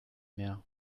mehr